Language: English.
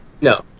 no